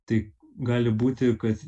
tai gali būti kad